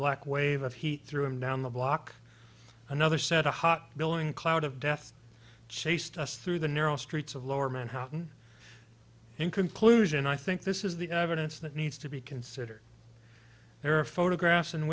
black wave of heat threw him down the block another set a hot billowing cloud of death chased us through the narrow streets of lower manhattan in conclusion i think this is the evidence that needs to be considered there are photographs and